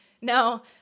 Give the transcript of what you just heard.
Now